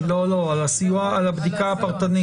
לא, על הבדיקה הפרטנית.